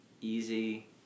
easy